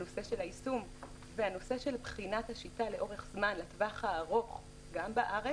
הנושא של היישום והנושא של בחינת השיטה לאורך זמן לטווח הארוך גם בארץ